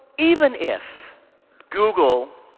even if google